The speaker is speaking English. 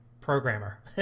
programmer